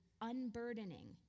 unburdening